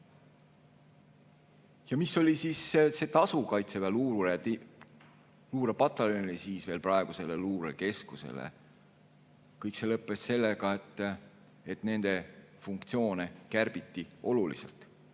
Ja mis oli siis see tasu Kaitseväe luurepataljonile, praegusele luurekeskusele? Kõik see lõppes sellega, et nende funktsioone kärbiti oluliselt.